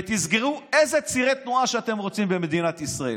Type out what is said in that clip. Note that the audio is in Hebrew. ותסגרו אילו צירי תנועה שאתם רוצים במדינת ישראל.